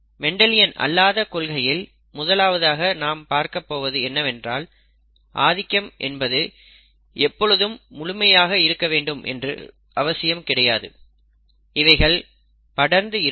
Mendelian அல்லாத கொள்கையில் முதலாவது நாம் பார்க்கப் போவது என்னவென்றால் ஆதிக்கம் என்பது எப்பொழுதும் முழுமையாக இருக்கவேண்டும் என்ற அவசியம் கிடையாது இவைகள் படர்ந்து இருக்கும்